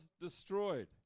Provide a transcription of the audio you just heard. destroyed